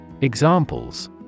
Examples